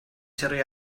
torri